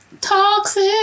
toxic